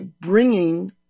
bringing